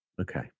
Okay